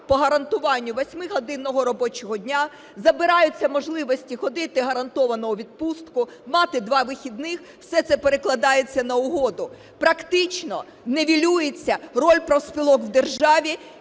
по гарантуванню восьмигодинного робочого дня, забираються можливості ходити гарантовано у відпустку, мати два вихідних, все це перекладається на угоду, практично нівелюється роль профспілок в державі,